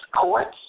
courts